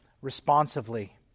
responsively